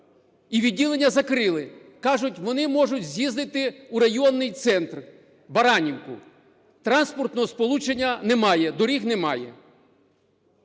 І відділення закрили. Кажуть, вони можуть з'їздити у районний центр Баранівку. Транспортного сполучення немає, доріг немає.